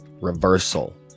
Reversal